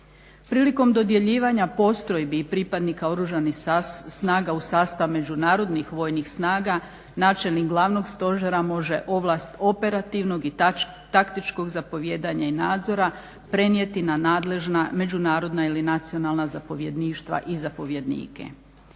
Prilikom dodjeljivanja postrojbi pripadnika Oružanih snaga u sastav međunarodnih vojnih snaga načelnik Glavnog stožera može ovlast operativnog i taktičkog zapovijedanja i nadzora prenijeti na nadležna međunarodna ili nacionalna zapovjedništva i zapovjednike.